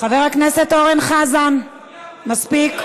חבר הכנסת אורן חזן, מספיק.